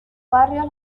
barrios